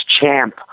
Champ